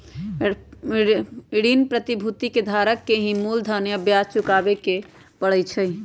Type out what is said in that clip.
ऋण प्रतिभूति के धारक के ही मूलधन आ ब्याज चुकावे के परई छई